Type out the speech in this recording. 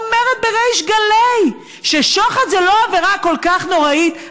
אומרת בריש גלי ששוחד זה לא עבירה כל כך נוראית,